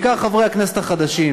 בעיקר חברי הכנסת החדשים.